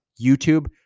YouTube